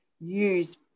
use